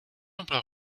emploi